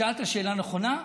שאלת שאלה נכונה.